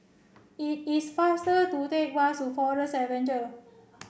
it is faster to take bus to Forest Seven